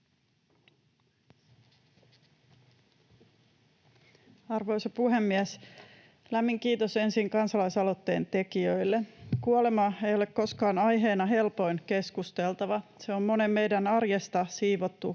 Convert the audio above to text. Arvoisa puhemies! Lämmin kiitos ensin kansalaisaloitteen tekijöille. Kuolema ei ole koskaan aiheena helpoin keskusteltava. Se on monen meidän arjesta siivottu